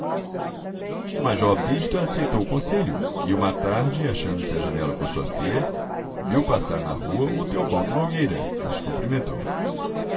o major brígido aceitou o conselho e uma tarde achando-se à janela com sua filha viu passar na rua o teobaldo nogueira que os cumprimentou